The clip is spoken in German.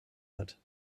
hat